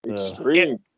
extreme